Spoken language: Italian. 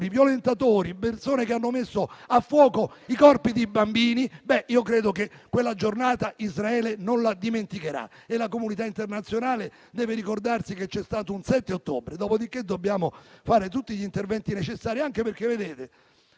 violentatori e persone che hanno messo a fuoco i corpi di bambini, quella giornata credo che non la dimenticherà. La comunità internazionale deve ricordarsi che c'è stato un 7 ottobre; dopodiché dobbiamo fare tutti gli interventi necessari. Due popoli, due